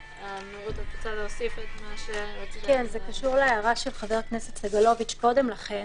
וזה קשור להערה של חבר הכנסת סגלוביץ' קודם לכן,